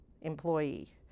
employee